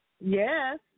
Yes